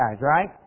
right